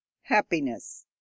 Happiness